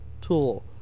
tool